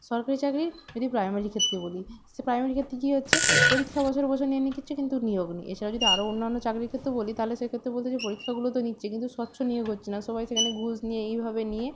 সরকারি চাকরির যদি প্রাইমারি ক্ষেত্তে বলি সে প্রাইমারি ক্ষেত্রে কী হচ্ছে পরীক্ষা বছর বছর নিয়ে নিয়ে কিচ্ছু কিন্তু নিয়োগ নেই এছাড়া যদি আরও অন্যান্য চাকরির ক্ষেত্রেও বলি তাহলে সেক্ষেত্রে বলতে চাই পরীক্ষাগুলো তো নিচ্ছে কিন্তু স্বচ্ছ নিয়োগ হচ্ছে না সবাই সেখানে ঘুষ নিয়ে এইভাবে নিয়ে